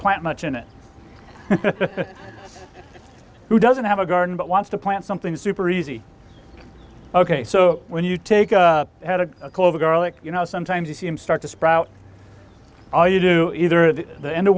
plant much in it who doesn't have a garden but wants to plant something super easy ok so when you take a head a clover gerlach you know sometimes you see em start to sprout all you do either at the end